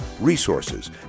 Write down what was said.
resources